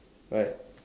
right